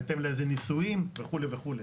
בהתאם לאיזה ניסויים וכו' וכו'.